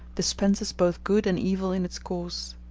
dispenses both good and evil in its course.